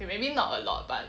K maybe not a lot but